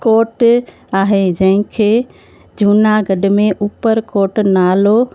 कोट आहे जंहिंखे जूनागढ़ में ऊपरकोट नालो